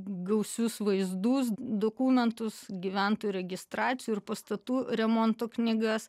gausius vaizdus dokumentus gyventojų registracijų ir pastatų remontų knygas